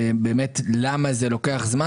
ובאמת למה זה לוקח זמן.